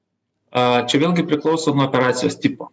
a čia vėlgi priklauso nuo operacijos tipo